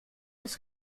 das